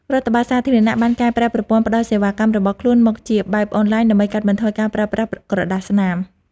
រដ្ឋបាលសាធារណៈបានកែប្រែប្រព័ន្ធផ្តល់សេវាកម្មរបស់ខ្លួនមកជាបែបអនឡាញ ដើម្បីកាត់បន្ថយការប្រើប្រាស់ក្រដាសស្នាម។